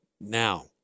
now